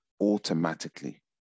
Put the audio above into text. automatically